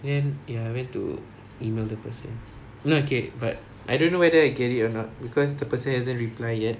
then eh I went to email the person you know okay but I don't know whether I get it or not because the person hasn't reply yet